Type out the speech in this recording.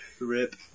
Rip